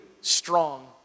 strong